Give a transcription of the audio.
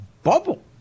bubble